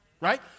right